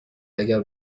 اگر